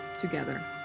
together